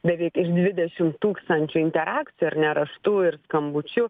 beveik iš dvidešim tūkstančių interakcijų ar ne raštu ir skambučiu